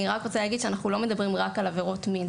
אני רק רוצה להגיד שאנחנו לא מדברים רק על עבירות מין.